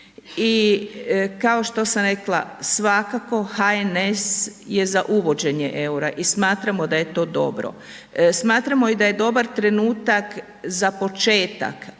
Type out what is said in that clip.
I kao što sam rekla svakako HNS je za uvođenje EUR-a i smatramo da je to dobro. Smatramo i da je dobar trenutak za početak,